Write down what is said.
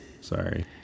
Sorry